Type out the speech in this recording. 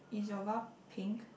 is your bar pink